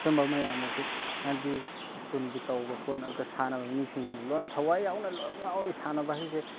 ꯁꯤꯒꯨꯝꯕ ꯃꯌꯥꯝ ꯑꯁꯤ ꯍꯥꯏꯗꯤ ꯁ꯭ꯀꯨꯜꯒꯤ ꯇꯧꯕ ꯈꯣꯠꯅꯕꯗ ꯁꯥꯟꯅꯕ ꯃꯤꯁꯤꯡꯁꯤꯅ ꯂꯣꯏꯅ ꯊꯋꯥꯏ ꯌꯥꯎꯅ ꯂꯣꯏꯅꯃꯛ ꯌꯥꯎꯏ ꯁꯥꯟꯅꯕ ꯍꯥꯏꯁꯦ